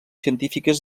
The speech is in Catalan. científiques